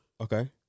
Okay